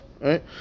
Right